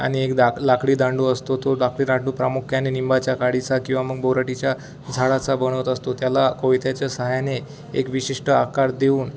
आणि एक दाक लाकडी दांडू असतो लाकडी दांडू प्रामुख्याने निंबाच्या काडीचा किंवा मग बोराटीच्या झाडाचा बनवत असतो त्याला कोयत्याच्या सहा्याने एक विशिष्ट आकार देऊन